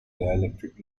dielectric